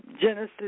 Genesis